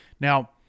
Now